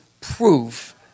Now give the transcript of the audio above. proof